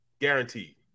guaranteed